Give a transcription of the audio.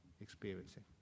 experiencing